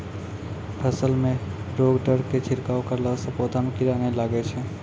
फसल मे रोगऽर के छिड़काव करला से पौधा मे कीड़ा नैय लागै छै?